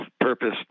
purpose